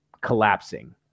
collapsing